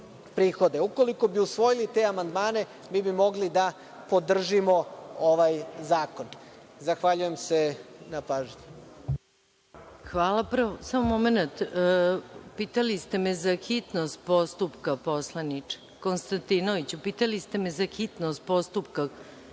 prihode. Ukoliko bi usvojili te amandmane mi bi mogli da podržimo ovaj zakon. Zahvaljujem se na pažnji. **Maja Gojković** Hvala. Samo momenta, pitali ste me za hitnost postupka poslaniče Konstantinoviću,